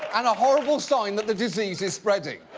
and a horrible sign that the disease is spreading.